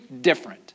different